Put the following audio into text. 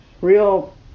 real